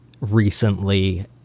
recently